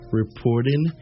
reporting